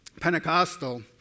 Pentecostal